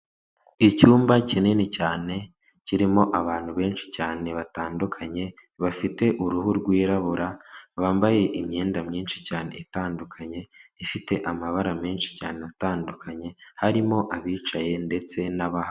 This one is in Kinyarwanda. Icyumba kinini cyane kirimo abantu benshi cyane batandukanye, bafite uruhu rwirabura, bambaye imyenda myinshi cyane itandukanye, ifite amabara menshi cyane atandukanye, harimo abicaye ndetse n'abahagaze.